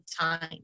time